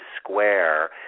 square